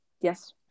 Yes